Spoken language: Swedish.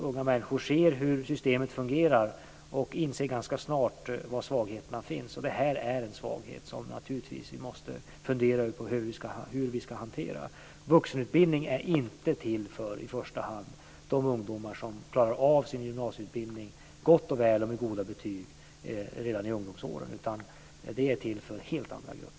Unga människor ser hur systemet fungerar och inser ganska snart var svagheterna finns, och det här är en svaghet. Vi måste naturligtvis fundera över hur vi ska hantera den. Vuxenutbildning är inte i första hand till för de ungdomar som redan i ungdomsåren klarar sin gymnasieutbildning med goda betyg utan för helt andra grupper.